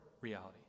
reality